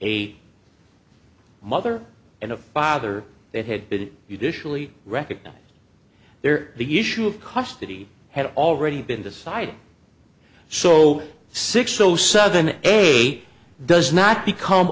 a mother and a bother that had been you dish really recognize there the issue of custody had already been decided so six zero seven eight does not become